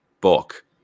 book